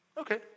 Okay